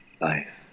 life